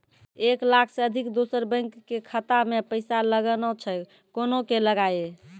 एक लाख से अधिक दोसर बैंक के खाता मे पैसा लगाना छै कोना के लगाए?